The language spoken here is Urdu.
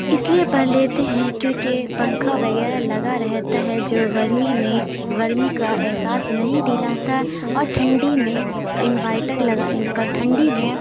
اس لیے پڑھ لیتے ہیں کیونکہ پنکھا وغیرہ لگا رہتا ہے جو گرمی میں گرمی کا احساس نہیں دلاتا اور ٹھنڈی میں انورٹر لگا کا ٹھنڈی میں